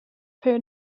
fair